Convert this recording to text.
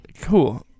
cool